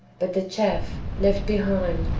but the chaff, left behind,